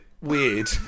weird